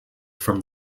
from